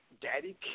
Daddy